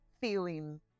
feeling